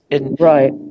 Right